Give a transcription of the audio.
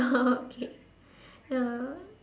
ya lah